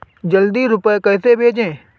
जल्दी रूपए कैसे भेजें?